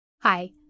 Hi